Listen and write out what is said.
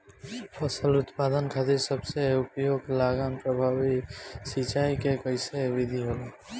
फसल उत्पादन खातिर सबसे उपयुक्त लागत प्रभावी सिंचाई के कइसन विधि होला?